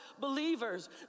believers